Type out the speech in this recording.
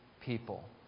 people